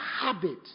habit